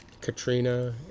Katrina